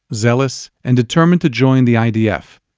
zealous, and determined to join the idf.